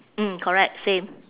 mm correct same